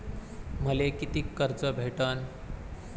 मले कितीक कर्ज भेटन?